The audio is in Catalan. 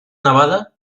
nevada